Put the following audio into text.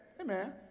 Amen